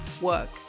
work